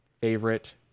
favorite